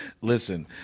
Listen